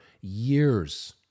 years